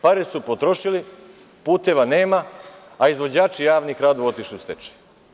Pare su potrošili, puteva nema, a izvođači javnih radova otišli u stečaj.